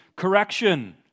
Correction